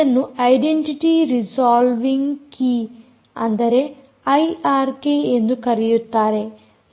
ಇದನ್ನು identity resolving key ಅಂದರೆ IRK ಎಂದು ಕರೆಯುತ್ತಾರೆ